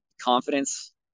confidence